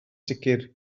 sicr